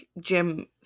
gym